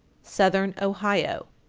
southern ohio.